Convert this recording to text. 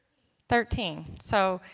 thirteen so,